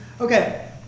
okay